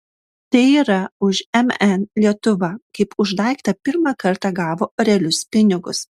tai yra už mn lietuva kaip už daiktą pirmą kartą gavo realius pinigus